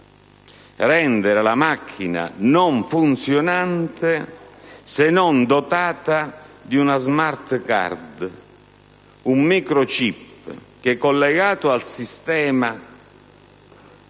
rendere la macchina non funzionante se non dotata di una *smart card,* un *microchip* che, collegato al sistema